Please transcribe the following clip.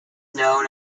known